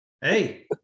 Hey